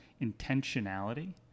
intentionality